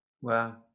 Wow